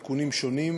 (תיקון) תיקונים שונים,